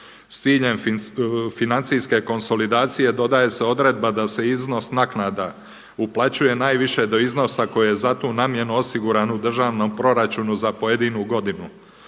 s ciljem financijske konsolidacije dodaje se odredba da se iznos naknada uplaćuje najviše do iznosa koje je za tu namjenu osiguran u državnom proračunu za pojedinu godinu.